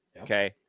Okay